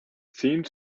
seemed